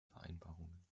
vereinbarungen